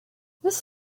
this